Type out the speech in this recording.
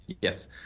Yes